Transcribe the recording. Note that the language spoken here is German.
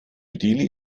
delhi